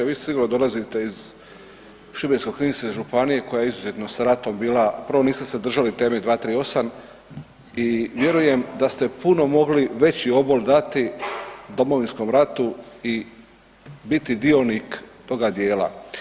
Vi sigurno dolazite iz Šibensko-kninske županije koja je izuzetno sa ratom bila, prvo niste se držali teme 238., i vjerujem da st puno mogli veći obol dati Domovinskom ratu i biti dionik toga dijela.